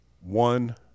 one